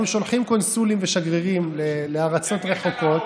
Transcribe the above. אנחנו שולחים קונסולים ושגרירים לארץ רחוקות.